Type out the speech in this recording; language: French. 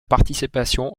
participation